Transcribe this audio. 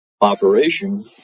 operation